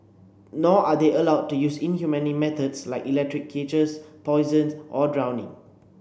nor are they allowed to use inhumane methods like electric cages poison or drowning